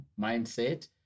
mindset